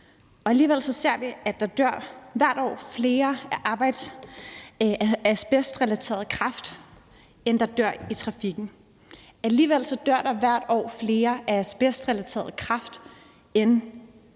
og alligevel ser vi, at der hvert år dør flere af asbestrelateret kræft, end der dør i trafikken – alligevel dør flere af asbestrelateret kræft, end der dør i trafikken.